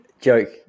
joke